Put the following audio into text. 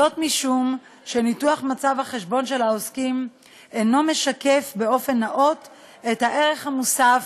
משום שניתוח מצב החשבון של העוסקים אינו משקף באופן נאות את הערך המוסף